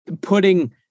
putting